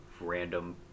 random